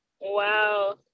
Wow